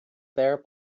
their